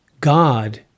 God